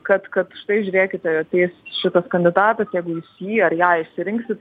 kad kad štai žiūrėkite ateis šitas kandidatas jeigu jūs jį ar ją išsirinksit